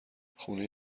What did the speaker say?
خونه